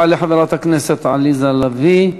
תעלה חברת הכנסת עליזה לביא,